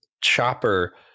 Chopper